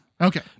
okay